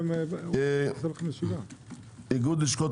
איגוד לשכות